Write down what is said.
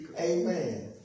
Amen